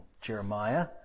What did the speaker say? Jeremiah